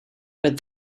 but